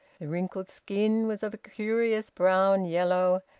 the wrinkled skin was of a curious brown yellow,